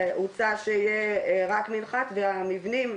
הוצע שיהיה רק מנחת והמבנים,